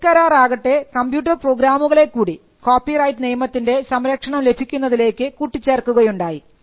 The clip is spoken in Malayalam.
ട്രിപ്സ് കരാർ ആകട്ടെ കമ്പ്യൂട്ടർ പ്രോഗ്രാമുകളെ കൂടി കോപ്പി റൈറ്റ് നിയമത്തിൻറെ സംരക്ഷണം ലഭിക്കുന്നതിലേക്ക് കൂട്ടിച്ചേർക്കുകയുണ്ടായി